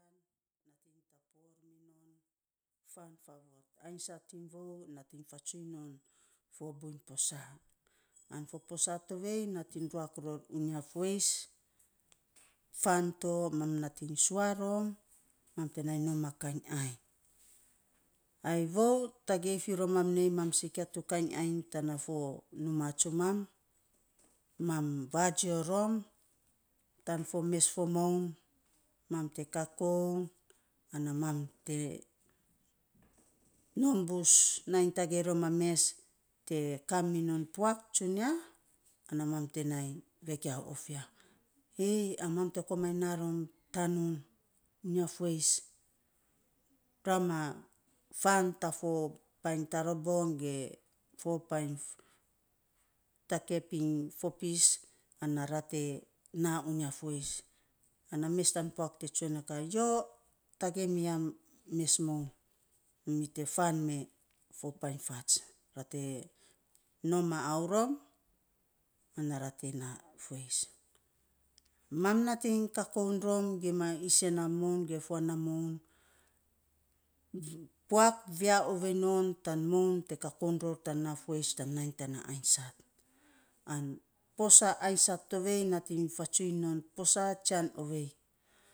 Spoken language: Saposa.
Aisait nating tapoor minon, fan faavot ainy sat iny vou nating fatsuiny non fo buiny posaa an fo buiny posaa tovei nating ruak non unya fueis, fan to mam nating sua rom mam te nai nom a kainy ainy ai vou tagei fi ro mam nei mam sikia tu kainy ainy tana fo numaa tsumam mam vaajio rom tan fo mes fo moun mam te kakoun ana mam te nom bus nai tagei rom a mes te kaa monin puak tsunia ana mam te nai vegiau of ya ei amam te komainy na rom tanun unya fueis, ra ma faan ta fo oainy tarobong ge fo painy takep iny fopis ana ra te na unya fueis ana mes tan puak te tsue na kaa, yo, tagei mi yam mes moun mi faan mee fo painy fats ra te nom a aurom ana ra te naa unya fueis. Mam nating kakoun rom gima isen na moun ge na fuan na moun puak via ovei non tan moun te kakoun ror tan naa unya fueis tan nainy tana aisat an posaa aisat tovei nating fatsuing non posaa tsian ovei.